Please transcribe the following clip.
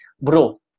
Bro